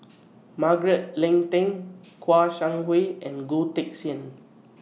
Margaret Leng Tan Kouo Shang Wei and Goh Teck Sian